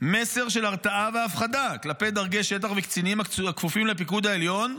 מסר של הרתעה והפחדה כלפי דרגי שטח וקצינים הכפופים לפיקוד העליון".